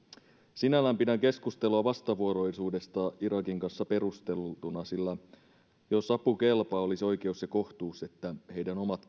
sinällään pidän keskustelua vastavuoroisuudesta irakin kanssa perusteltuna sillä jos apu kelpaa olisi oikeus ja kohtuus että myös heidän omat